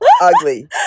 ugly